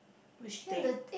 which day